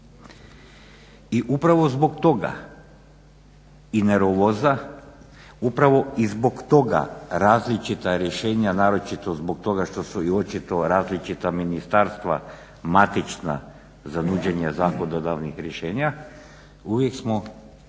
I upravo zbog toga i nervoza, upravo i zbog toga različita rješenja, naročito zbog toga što su i očito različita ministarstva matična za nuđenje zakonodavnih rješenja. Uvijek smo